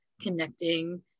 connecting